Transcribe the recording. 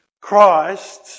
Christ